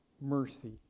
mercy